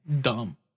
dumb